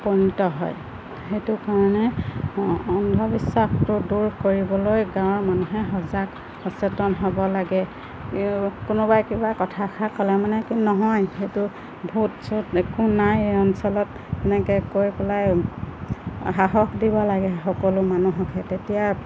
উপনীত হয় সেইটো কাৰণে অন্ধবিশ্বাস দূৰ কৰিবলৈ গাঁৱৰ মানুহে সজাগ সচেতন হ'ব লাগে কোনোবাই কিবা কথাষাৰ ক'লে মানে নহয় সেইটো ভূত চোট একো নাই অঞ্চলত এনেকৈ কৈ পেলাই সাহস দিব লাগে সকলো মানুহকে তেতিয়া